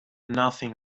nothing